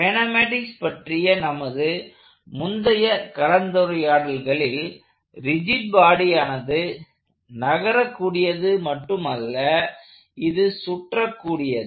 kinematics பற்றிய நமது முந்தைய கலந்துரையாடல்களில் ரிஜிட் பாடியானது நகர கூடியது மட்டுமல்ல இது சுற்றக் கூடியது